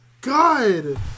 God